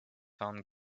found